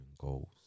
goals